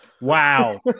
Wow